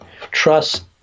trust